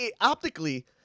optically